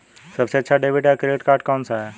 सबसे अच्छा डेबिट या क्रेडिट कार्ड कौन सा है?